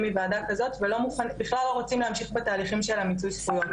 מוועדה כזאת ובכלל לא רוצים להמשיך בתהליך של המיצוי זכויות,